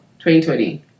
2020